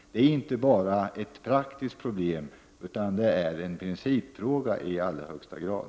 Det är inte bara ett praktiskt problem, utan det är en principfråga i allra högsta grad.